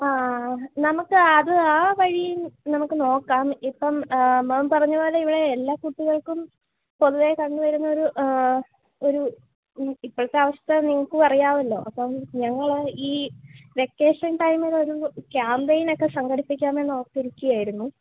ആ നമുക്ക് അത് ആ വഴി നമുക്ക് നോക്കാം ഇപ്പം മാം പറഞ്ഞത് പോലെ ഇവിടെ എല്ലാ കുട്ടികൾക്കും പൊതുവെ കണ്ടുവരുന്ന ഒരു ഒരു ഒരു ഇപ്പഴത്തെ അവസ്ഥ നിങ്ങൾക്കും അറിയാമല്ലൊ അപ്പം ഞങ്ങൾ ഈ വെക്കേഷൻ ടൈമിലൊരു ക്യാമ്പയിൻ ഒക്കെ സംഘടിപ്പിക്കാമെന്ന് ഓർത്തിരിക്കുകയായിരുന്നു